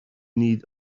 need